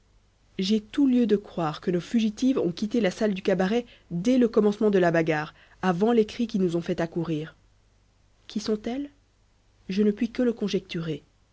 j'ai tout lieu de croire que nos fugitives ont quitté la salle du cabaret dès le commencement de la bagarre avant les cris qui nous ont fait accourir qui sont-elles je ne puis que le conjecturer